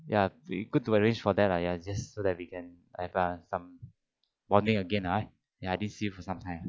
ya good to arrange for that lah ya just so that we can have some bonding again lah right I didn't see you for sometime